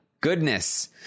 goodness